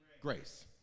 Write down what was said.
grace